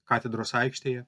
katedros aikštėje